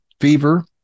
fever